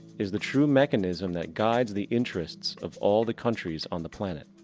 is the true mechanism, that guides the interests of all the countries on the planet.